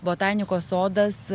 botanikos sodas